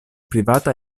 privata